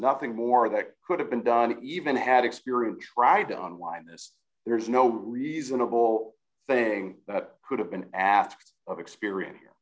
nothing more that could have been done even had experience tried online this there's no reasonable thing that could have been asked of experience here